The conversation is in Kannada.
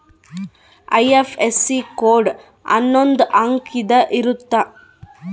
ಐ.ಎಫ್.ಎಸ್.ಸಿ ಕೋಡ್ ಅನ್ನೊಂದ್ ಅಂಕಿದ್ ಇರುತ್ತ